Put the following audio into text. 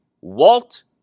Walt